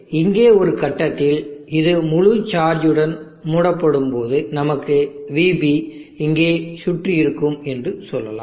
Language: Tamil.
எனவே இங்கே ஒரு கட்டத்தில் இது முழு சார்ஜ் உடன் மூடப்படும் போது நமக்கு vB இங்கே சுற்றி இருக்கும் என்று சொல்லலாம்